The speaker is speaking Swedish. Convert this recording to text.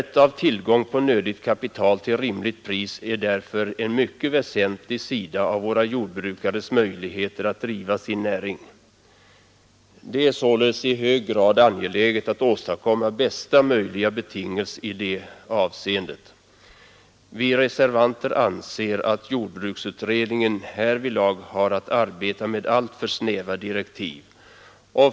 Tillgång på nödigt kapital till rimligt pris är därför en mycket väsentlig sida av våra jordbrukares möjligheter att driva sin näring. Det är således i hög grad angeläget att åstadkomma bästa möjliga betingelser i det avseendet. Vi reservanter anser att jordbruksutredningen härvidlag har att arbeta med alltför snäva direktiv.